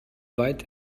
weit